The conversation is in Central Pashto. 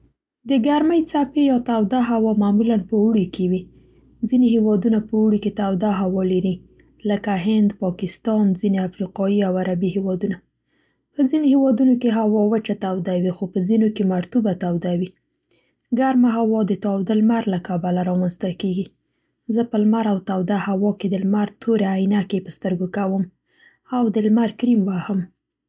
د ګرمۍ څپې یا توده هوا معمولا په اوړي کې وي. ځینې هېوادونه په اوړي کې ډېره توده هوا لري، لکه هند، پاکستان، ځینې افریقايي او عربي هېوادونه. په ځینو هېوادونو کې هوا وچه توده وي خو په ځینو کې مرطوبه توده وي. ګرمه هوا د تاوده لمر له کبله را منځته کېږي. زه په لمر او توده هوا کې د لمر تورې عینکې په سترګو کوم او د لمر کریم وهم.